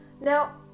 Now